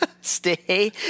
Stay